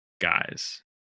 guys